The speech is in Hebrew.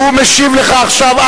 הוא משיב לך עכשיו,